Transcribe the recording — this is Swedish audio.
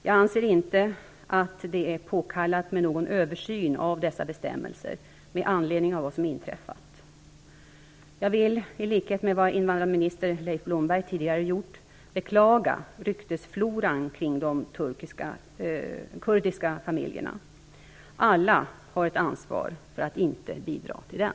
Jag anser inte att det är påkallat med någon översyn av dessa bestämmelser med anledning av vad som inträffat. Jag vill, i likhet med vad invandrarminister Leif Blomberg tidigare gjort, beklaga ryktesfloran kring de kurdiska familjerna. Alla har ett ansvar för att inte bidra till den.